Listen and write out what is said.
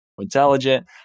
intelligent